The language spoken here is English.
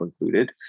included